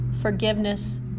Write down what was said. forgiveness